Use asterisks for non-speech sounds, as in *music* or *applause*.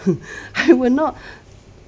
*laughs* I will not